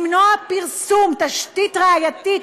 למנוע פרסום תשתית ראייתית,